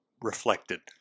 Reflected